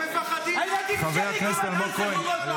אתם מפחדים --- חבר הכנסת אלמוג כהן.